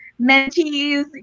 mentees